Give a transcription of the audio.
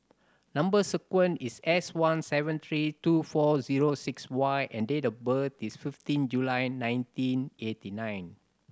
number sequence is S one seven three two four zero six Y and date of birth is fifteen July nineteen eighty nine